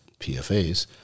PFAs